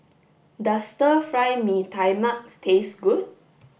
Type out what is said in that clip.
does stir fry mee tai mak taste good